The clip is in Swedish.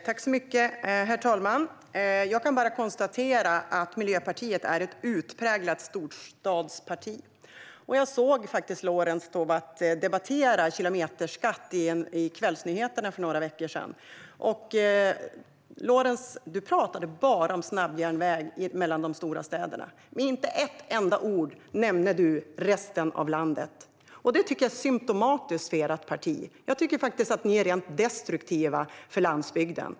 Herr talman! Jag kan bara konstatera att Miljöpartiet är ett utpräglat storstadsparti. Jag såg dig debattera kilometerskatt i kvällsnyheterna för några veckor sedan, Lorentz Tovatt, och du pratade bara om snabbjärnväg mellan de stora städerna. Inte med ett enda ord nämnde du resten av landet. Det är symtomatiskt för ert parti. Jag tycker faktiskt att ni är rent destruktiva för landsbygden.